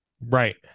right